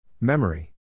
Memory